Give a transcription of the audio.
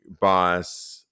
boss